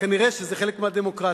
כנראה זה חלק מהדמוקרטיה.